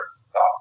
thought